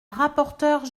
rapporteure